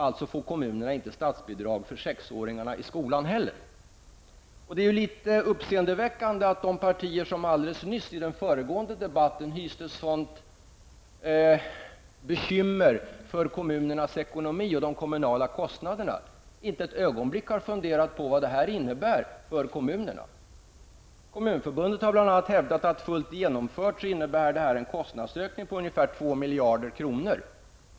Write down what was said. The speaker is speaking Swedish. Alltså får kommunen inte statsbidrag för sexåringarna i skolan heller. Det är litet uppseendeväckande att de partier som alldeles nyss i den föregående debatten hyste sådant bekymmer för kommunernas ekonomi och de kommunala kostnaderna inte ett ögonblick har funderat på vad detta innebär för kommunerna. Kommunförbundet har bl.a. hävdat att fullt genomfört innebär detta en kostnadsökning på ungefär 2 miljarder kronor.